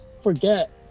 forget